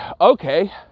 okay